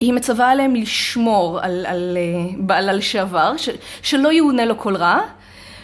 היא מצווה עליהם לשמור על בעלה לשעבר שלא יאונה לו כל רע